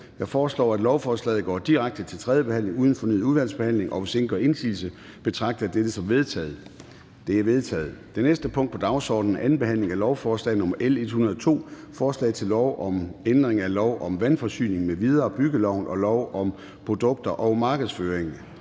Jeg foreslår, at lovforslaget går direkte til tredje behandling uden fornyet udvalgsbehandling, og hvis ingen gør indsigelse, betragter jeg dette som vedtaget. Det er vedtaget. --- Det næste punkt på dagsordenen er: 4) 2. behandling af lovforslag nr. L 102: Forslag til lov om ændring af lov om vandforsyning m.v., byggeloven og lov om produkter og markedsovervågning.